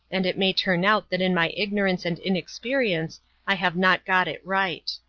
and it may turn out that in my ignorance and inexperience i have not got it right.